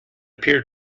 appear